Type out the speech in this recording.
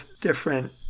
different